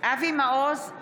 אבי מעוז,